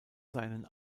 seinen